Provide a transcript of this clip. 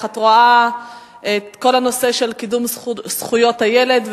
את רואה את כל הנושא של קידום זכויות הילד,